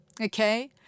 Okay